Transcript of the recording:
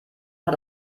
hat